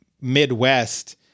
Midwest